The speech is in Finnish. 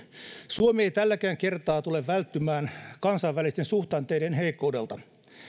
suomi ei tälläkään kertaa tule välttymään kansainvälisten suhdanteiden heikkoudelta